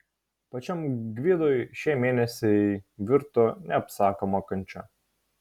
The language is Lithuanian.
pačiam gvidui šie mėnesiai virto neapsakoma kančia